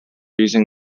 using